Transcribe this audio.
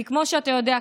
כי כמו שאתה יודע,